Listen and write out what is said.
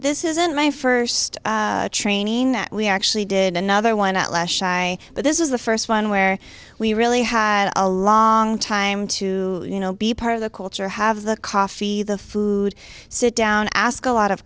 this isn't my first training that we actually did another one out last shy but this is the first one where we really had a long time to you know be part of the culture have the coffee the food sit down ask a lot of